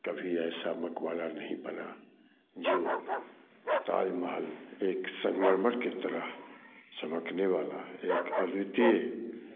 कभी ऐसा मक़बरा नहीं बना जो ताज महल एक संगमरमर की तरह चमकने वाला एक आकृति